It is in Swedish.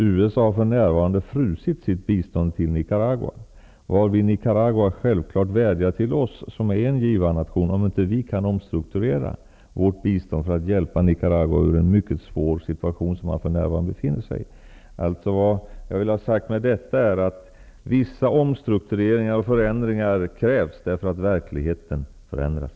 USA har för närvarande frusit sitt bistånd till Nicaragua, varvid Nicaragua självfallet vädjar till oss, som är en givarnation, för att höra om inte vi kan omstrukturera vårt bistånd för att hjälpa Nicaragua ur den mycket svåra situation som landet för närvarande befinner sig i. Jag vill med detta ha sagt att vissa omstruktureringar och förändringar krävs på grund av att verkligheten förändras.